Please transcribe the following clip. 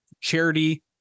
charity